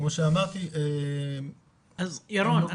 ירון,